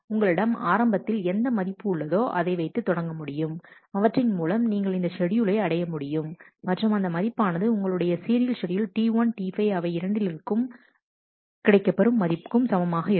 உங்களிடம் ஆரம்பத்தில் எந்த மதிப்பு உள்ளதோ அதைவைத்து தொடங்க முடியும் அவற்றின் மூலம் நீங்கள் இந்த ஷெட்யூலை அடைய முடியும் மற்றும் அந்த மதிப்பானது உங்களுடைய சீரியல் ஷெட்யூல் T1 T5 அவை இரண்டிலிருந்தும் கிடைக்கப்பெறும் மதிப்பும் சமமாக இருக்கும்